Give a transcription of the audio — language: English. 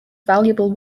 valuable